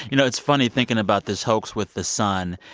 you know it's funny thinking about this hoax with the sun.